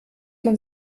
man